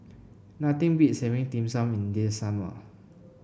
nothing beats having Dim Sum in this summer